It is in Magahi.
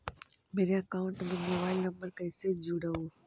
मेरा अकाउंटस में मोबाईल नम्बर कैसे जुड़उ?